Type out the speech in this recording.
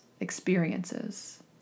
experiences